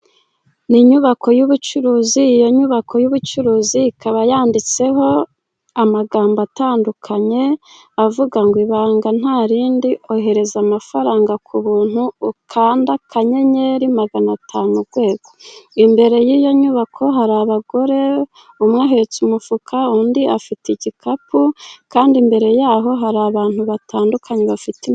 Ni inyubako y'ubucuruzi, iyo nyubako y'ubucuruzi ikaba yanditseho amagambo atandukanye avuga ngo "Ibanga nta rindi ohereza amafaranga ku buntu ukanda akanyenyeri magana atanu, urwego". Imbere y'iyo nyubako hari abagore, umwe ahetse umufuka, undi afite igikapu, kandi imbere yaho hari abantu batandukanye bafite ...